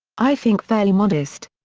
i think fairly modest.